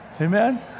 Amen